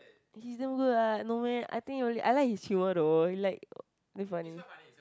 he's damn good ah no meh I think only I like his humour though he like very funny